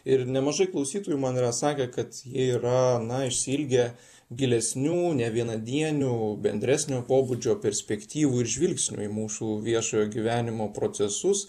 ir nemažai klausytojų man yra sakę kad jie yra na išsiilgę gilesnių nevienadienių bendresnio pobūdžio perspektyvų ir žvilgsnių į mūsų viešojo gyvenimo procesus